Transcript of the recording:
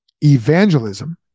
evangelism